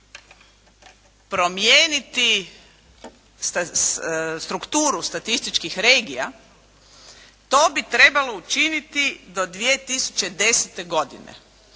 promijeniti strukturu statističkih regija to bi trebalo učiniti do 2010. godine.